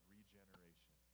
Regeneration